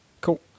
Cool